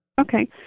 Okay